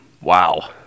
Wow